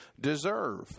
deserve